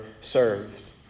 served